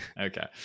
Okay